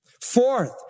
Fourth